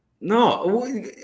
No